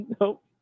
Nope